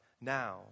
now